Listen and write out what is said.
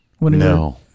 No